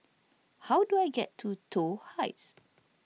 how do I get to Toh Heights